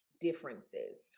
differences